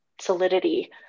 solidity